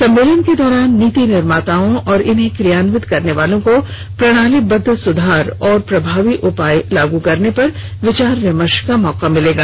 सम्मेलन के दौरान नीति निर्माताओं और इन्हें क्रियान्वित करने वालों को प्रणालीबद्व सुधार और प्रभावी उपाय लागू करने पर विचार विमर्श का मौका मिलेगा